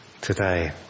today